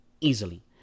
easily